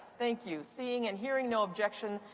thank you. seeing and hearing no objection,